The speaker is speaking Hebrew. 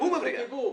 הוא בזכות דיבור.